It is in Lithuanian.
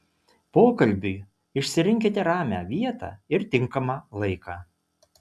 pokalbiui išsirinkite ramią vietą ir tinkamą laiką